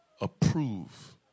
approve